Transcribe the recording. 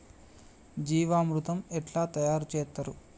జీవామృతం ఎట్లా తయారు చేత్తరు?